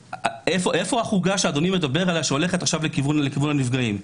איפה החוגה שאדוני מדבר עליה שהולכת עכשיו לכיוון הנפגעים?